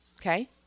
Okay